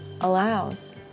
allows